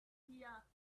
here